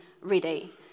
ready